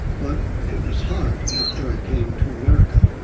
but it was hard after i came to america